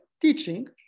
teaching